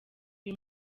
uyu